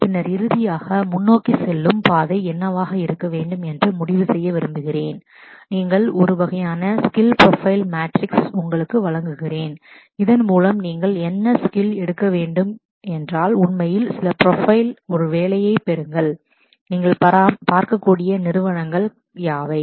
பின்னர் இறுதியாக முன்னோக்கி செல்லும் பாதை என்னவாக இருக்க வேண்டும் என்று முடிவு செய்ய விரும்புகிறேன் நீங்கள் ஒரு வகையான ஸ்கில் ப்ரொபைல் மாட்ரிக்ஸ் உங்களுக்கு வழங்குகிறீர்கள் இதன் மூலம் நீங்கள் என்ன ஸ்கில் எடுக்க வேண்டும் என்றால் உண்மையில் சில ப்ரொபைல் பெறுங்கள் நீங்கள் வேலை பார்க்கக்கூடிய நிறுவனங்கள் யாவை